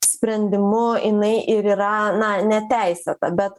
sprendimu jinai ir yra na neteisėta bet